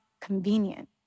convenient